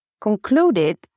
concluded